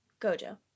Gojo